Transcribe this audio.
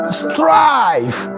strive